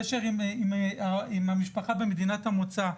קשר עם המשפחה במדינת המוצא,